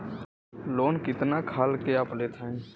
Loan कितना खाल के आप लेत हईन?